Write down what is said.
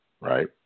right